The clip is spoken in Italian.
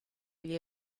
gli